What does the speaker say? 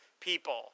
people